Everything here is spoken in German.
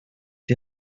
die